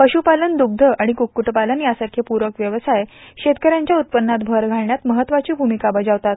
पशूपालन दुग्ध आणि कुक्कुटपालन यासारखे पूरक व्यवसाय शेतकऱ्याच्या उत्पन्नात भर घालण्यात महत्वाची भूमिका बजावतात